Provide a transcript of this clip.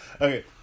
Okay